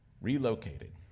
relocated